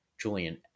Julian